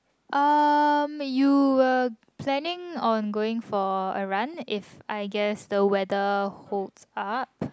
um you were planning ongoing for a run if I guess the weather holds up